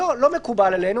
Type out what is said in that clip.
לא מקובל עלינו,